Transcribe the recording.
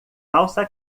calça